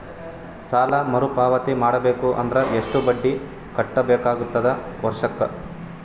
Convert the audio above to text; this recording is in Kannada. ಸಾಲಾ ಮರು ಪಾವತಿ ಮಾಡಬೇಕು ಅಂದ್ರ ಎಷ್ಟ ಬಡ್ಡಿ ಕಟ್ಟಬೇಕಾಗತದ ವರ್ಷಕ್ಕ?